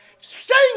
Sing